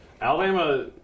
Alabama